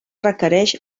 requereix